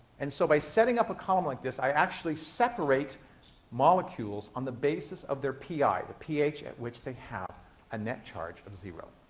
and so by setting up a column like this, i actually separate molecules on the basis of their pi, the ph at which they have a net charge of zero.